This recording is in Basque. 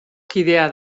kidea